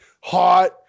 hot